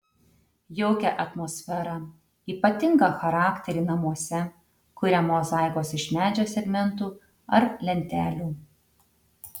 jaukią atmosferą ypatingą charakterį namuose kuria mozaikos iš medžio segmentų ar lentelių